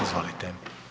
Izvolite.